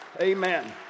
Amen